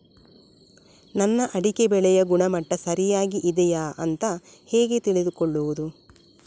ನನ್ನ ಅಡಿಕೆ ಬೆಳೆಯ ಗುಣಮಟ್ಟ ಸರಿಯಾಗಿ ಇದೆಯಾ ಅಂತ ಹೇಗೆ ತಿಳಿದುಕೊಳ್ಳುವುದು?